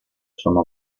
sommo